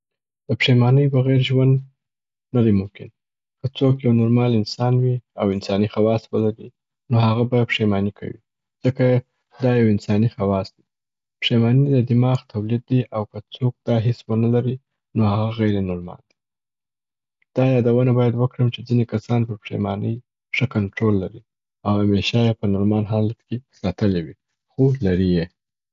د پښیمانۍ بغیر ژوند نه دی ممکن. که څوک یو نورمال انسان وي او انساني خواص ولري، نو هغه به پښیماني کوي، ځکه دا یو انساني خواص دي. پښیماني د دماغ تولید دی او که څوک دا حیس و نلري نو هغه غیر نورمال دی. دا یادونه باید وکړم چې ځیني کسان پر پښیمانۍ ښه کنترول لري او همیشه یې په نورمال حالت کي ساتلې وي خو لري یې.